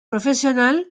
professional